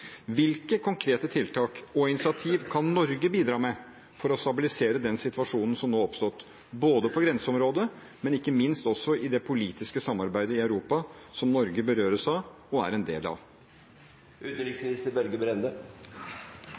Hvilke konkrete tiltak og initiativ kan Norge bidra med for å stabilisere den situasjonen som nå har oppstått, både på grenseområdet, og ikke minst i det politiske samarbeidet i Europa, som Norge berøres av, og er en del